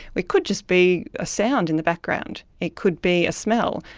it could just be a sound in the background, it could be a smell.